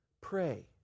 pray